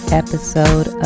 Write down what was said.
episode